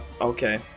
okay